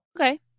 okay